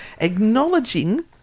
acknowledging